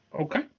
Okay